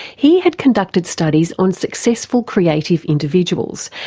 he had conducted studies on successful creative individuals,